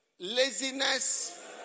Laziness